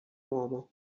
uomo